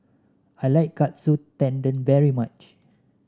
I like Katsu Tendon very much